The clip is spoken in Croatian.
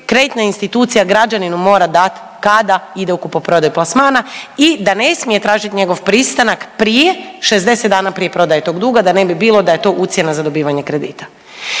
kreditna institucija građaninu mora dati kada ide u kupoprodaju plasmana i da ne smije tražiti njegov pristanak prije 60 dana prije prodaje tog duga da ne bi bilo da je to ucjena za dobivanje kredita.